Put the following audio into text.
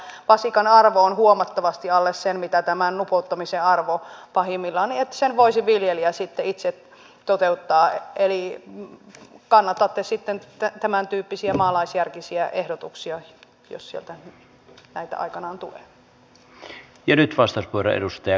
vasikan arvo on huomattavasti alle sen mitä tämän nupottamisen arvo pahimmillaan niin että sen voisi viljelijä sitten itse toteuttaa eli kannatatte sitten tämäntyyppisiä maalaisjärkisiä ehdotuksia jos sieltä näitä aikanaan tulee